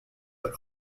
but